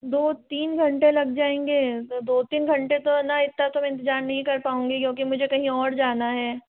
दो तीन घंटे लग जाएंगे तो दो तीन घंटे तो है ना इतना तो इंतजार नहीं कर पाऊंगी क्योंकि मुझे कहीं और जाना है